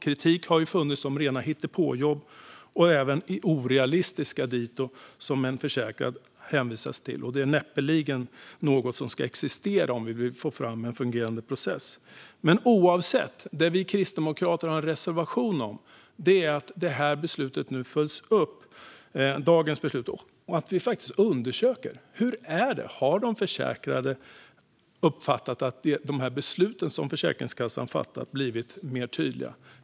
Kritik har ju funnits om rena hittepåjobb och orealistiska jobb som försäkrade hänvisas till. Detta är näppeligen något som ska existera om vi vill få fram en fungerande process. Det vi kristdemokrater har en reservation om är att dagens beslut följs upp och att det faktiskt undersöks om de försäkrade har uppfattat att de beslut som Försäkringskassan fattat har blivit mer tydliga.